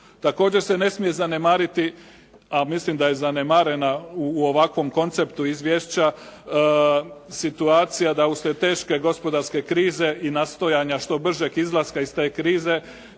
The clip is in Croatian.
Također se ne smije zanemariti, a mislim da je zanemarena u ovakvom konceptu izvješća situacija da uslijed teške gospodarske krize i nastojanja što bržeg izlaska iz te krize